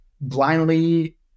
blindly